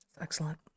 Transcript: Excellent